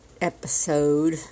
episode